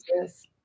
yes